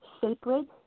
Sacred